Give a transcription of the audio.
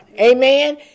amen